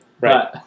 Right